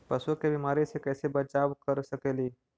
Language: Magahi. पशु के बीमारी से कैसे बचाब कर सेकेली?